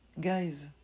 Guys